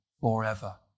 forever